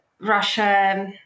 Russia